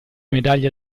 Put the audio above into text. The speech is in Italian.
medaglia